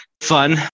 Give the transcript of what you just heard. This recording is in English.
fun